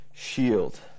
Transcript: Shield